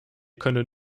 können